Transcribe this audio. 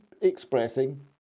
expressing